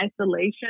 isolation